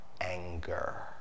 anger